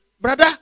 Brother